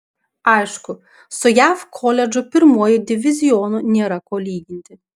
aišku su jav koledžų pirmuoju divizionu nėra ko lyginti